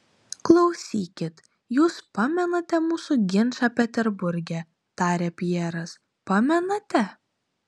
klausykit jus pamenate mūsų ginčą peterburge tarė pjeras pamenate